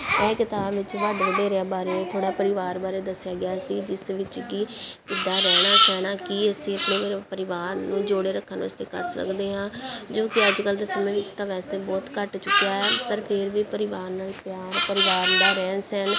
ਇਹ ਕਿਤਾਬ ਵਿਚ ਵੱਡ ਵਡੇਰਿਆਂ ਬਾਰੇ ਥੋੜ੍ਹਾ ਪਰਿਵਾਰ ਬਾਰੇ ਦੱਸਿਆ ਗਿਆ ਸੀ ਜਿਸ ਵਿੱਚ ਕਿ ਕਿੱਦਾਂ ਰਹਿਣਾ ਸਹਿਣਾ ਕੀ ਅਸੀਂ ਆਪਣੇ ਪਰਿਵਾਰ ਨੂੰ ਜੋੜੇ ਰੱਖਣ ਵਾਸਤੇ ਕਰ ਸਕਦੇ ਹਾਂ ਜੋ ਕਿ ਅੱਜ ਕੱਲ੍ਹ ਦੇ ਸਮੇਂ ਵਿੱਚ ਤਾਂ ਵੈਸੇ ਬਹੁਤ ਘੱਟ ਚੁੱਕਿਆ ਹੈ ਪਰ ਫਿਰ ਵੀ ਪਰਿਵਾਰ ਨਾਲ ਪਿਆਰ ਪਰਿਵਾਰ ਦਾ ਰਹਿਣ ਸਹਿਣ